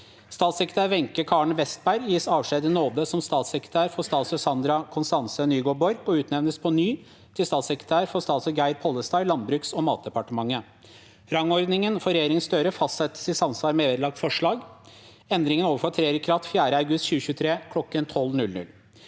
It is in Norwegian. Statssekretær Wenche Karen Westberg gis avskjed i nåde som statssekretær for statsråd Sandra Konstance Nygård Borch og utnevnes på ny til statssekretær for statsråd Geir Pollestad i Landbruks- og matdepartementet. 7. Rangordningen for regjeringen Støre fastsettes i samsvar med vedlagte forslag. Endringene ovenfor trer i kraft 4. august 2023 kl. 12.00.»